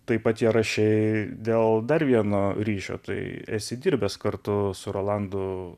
taip pat ją rašei dėl dar vieno ryšio tai esi dirbęs kartu su rolandu